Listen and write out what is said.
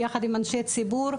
ביחד עם אנשי ציבור.